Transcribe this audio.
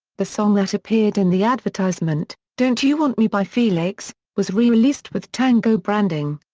the song that appeared in the advertisement, don't you want me by felix, was rereleased with tango branding.